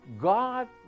God